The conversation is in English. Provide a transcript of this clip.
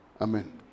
Amen